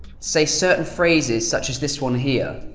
say certain phrases such as this one here